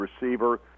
receiver